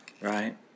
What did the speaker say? right